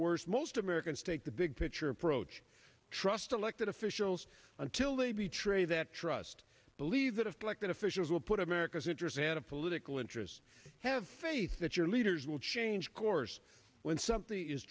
worse most americans take the big picture approach trust elected officials until they be tray that trust believe that afflicted officials will put america's interests ahead of political interests have faith that your leaders will change course when something is